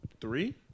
three